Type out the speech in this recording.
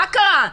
מה קרה?